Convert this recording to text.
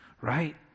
right